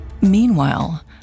Meanwhile